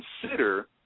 consider